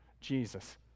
Jesus